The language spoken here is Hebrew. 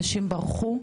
אנשים ברחו.